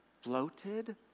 floated